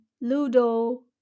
Ludo